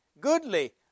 goodly